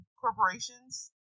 corporations